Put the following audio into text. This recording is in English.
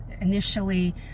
initially